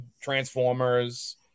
Transformers